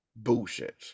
Bullshit